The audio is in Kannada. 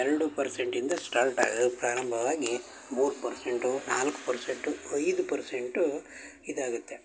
ಎರಡು ಪರ್ಸೆಂಟಿಂದ ಸ್ಟಾರ್ಟ್ ಆಗೋದು ಪ್ರಾರಂಭವಾಗಿ ಮೂರು ಪರ್ಸೆಂಟು ನಾಲ್ಕು ಪರ್ಸೆಂಟು ಐದು ಪರ್ಸೆಂಟು ಇದಾಗುತ್ತೆ